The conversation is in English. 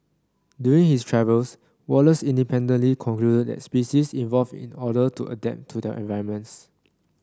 during his travels Wallace independently concluded that species evolve in order to adapt to their environments